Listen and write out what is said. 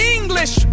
English